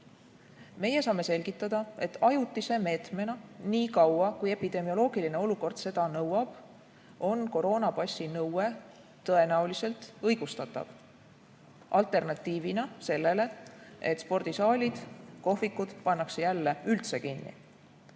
Meie saame selgitada, et ajutise meetmena, nii kaua kui epidemioloogiline olukord seda nõuab, on koroonapassi nõue tõenäoliselt õigustatav alternatiivina sellele, et spordisaalid ja kohvikud pannakse jälle üldse kinni.